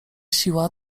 siła